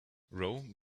rome